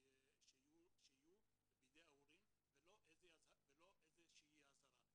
שיהיו בידי ההורים ולא איזה שהיא אזהרה.